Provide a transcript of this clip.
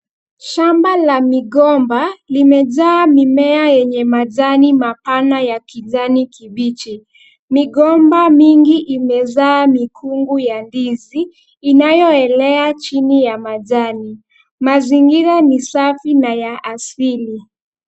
Shamba la migomba limejaa mimea yenye majani mapana ya kijani kibichi. Migomba mingi imezaa mikungu ya ndizi inayoelea chini ya majani. Mazingira ni safi na ya asili.